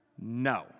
no